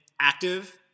active